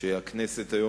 שהכנסת הזאת,